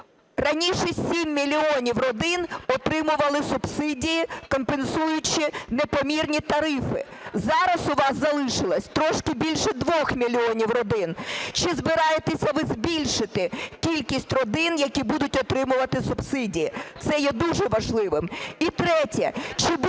Раніше 7 мільйонів родин отримували субсидії, компенсуючи непомірні тарифи. Зараз у вас залишилось трошки більше 2 мільйонів родин. Чи збираєтесь ви збільшити кількість родин, які будуть отримувати субсидії? Це є дуже важливим. І третє. Чи буде